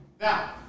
Now